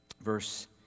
verse